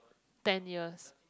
ten years